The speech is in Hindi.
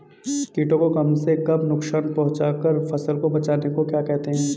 कीटों को कम से कम नुकसान पहुंचा कर फसल को बचाने को क्या कहते हैं?